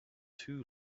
too